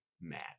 mad